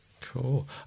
Cool